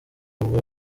ubwo